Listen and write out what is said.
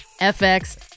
FX